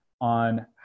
on